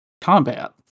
combat